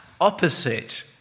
opposite